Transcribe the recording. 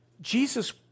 Jesus